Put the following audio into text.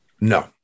No